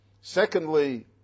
Secondly